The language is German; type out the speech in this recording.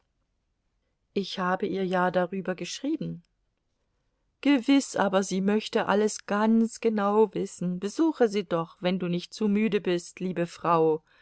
ich habe ihr ja darüber geschrieben gewiß aber sie möchte alles ganz genau wissen besuche sie doch wenn du nicht zu müde bist liebe frau